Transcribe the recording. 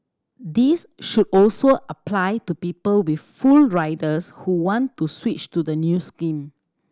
this should also apply to people with full riders who want to switch to the new scheme